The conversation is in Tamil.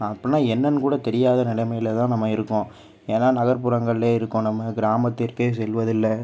அப்புடினா என்னனு கூட தெரியாத நிலமைல தான் நாம் இருக்கோம் ஏன்னால் நகர்புறங்கள்லே இருக்கோம் நம்ம கிராமத்திற்கே செல்வது இல்லை